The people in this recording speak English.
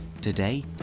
Today